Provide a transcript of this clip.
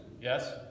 yes